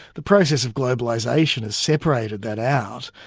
the process of globalisation has separated that out,